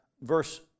verse